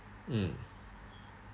mm